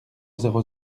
zéro